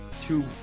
two